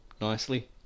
nicely